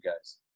guys